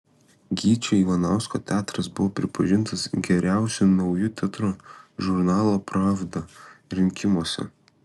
gyčio ivanausko teatras buvo pripažintas geriausiu nauju teatru žurnalo pravda rinkimuose